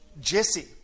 Jesse